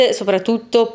soprattutto